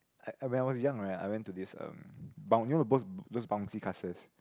I I when I was young right I went this um boun~ you know those bouncy castles